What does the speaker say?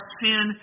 sin